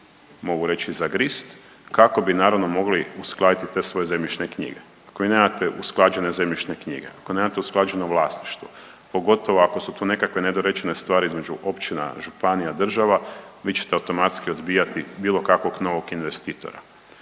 mogu reći zagrist kako bi naravno mogli uskladiti te svoje zemljišne knjige. Ako vi nemate usklađene zemljišne knjige, ako nemate usklađeno vlasništvo, pogotovo ako su tu nekakve nedorečene stvari između općina, županija, država vi ćete automatski odbijati bilo kakvog novog investitora.